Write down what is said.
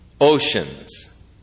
oceans